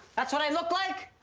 that's what i look like?